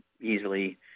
easily